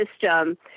system